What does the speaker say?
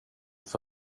för